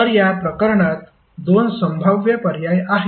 तर या प्रकरणात दोन संभाव्य पर्याय आहेत